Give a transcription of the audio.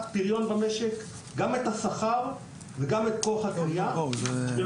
גם את השכר וגם את כוח הקניה של העובדים והעובדות במשק.